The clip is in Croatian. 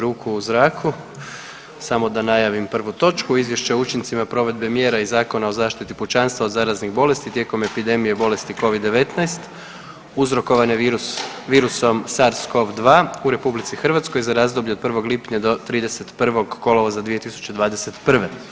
ruku u zraku, samo da najavim prvu točku: - Izvješće o učincima provedbe mjera iz Zakona o zaštiti pučanstva od zaraznih bolesti tijekom epidemije bolesti Covid-19 uzrokovane virusom SARS-COV-2 u Republici Hrvatskoj za razdoblje od 1. lipnja do 31. kolovoza 2021.